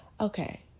okay